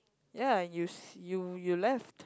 ya and you you you left